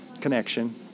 connection